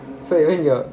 so even your